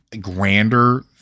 grander